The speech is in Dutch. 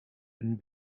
een